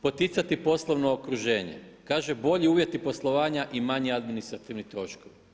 Poticati poslovno okruženje, kaže bolji uvjeti poslovanja i manji administrativni troškovi.